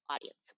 audience